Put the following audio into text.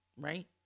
right